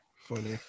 Funny